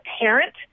parent